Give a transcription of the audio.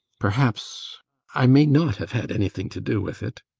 perhaps i may not have had anything to do with it.